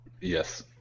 yes